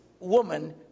woman